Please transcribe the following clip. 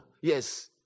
Yes